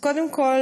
קודם כול